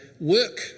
work